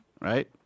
right